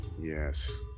Yes